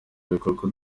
bikorwa